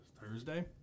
Thursday